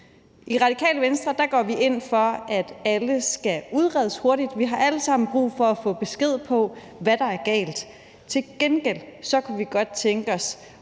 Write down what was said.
I Radikale Venstre går vi ind for, at alle skal udredes hurtigt. Vi har alle sammen brug for at få besked på, hvad der er galt. Til gengæld kunne vi godt tænke os